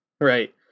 Right